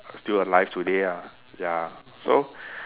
still alive today ah ya so